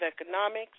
economics